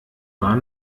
war